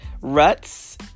Ruts